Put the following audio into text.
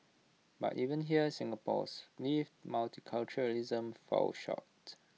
but even here Singapore's lived multiculturalism falls short